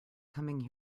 coming